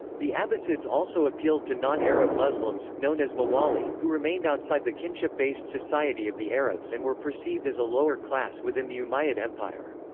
the abbasids also appealed to non-arab muslims, known as mawali, who remained outside the kinship-based society of the arabs and were perceived as a lower class within the umayyad empire.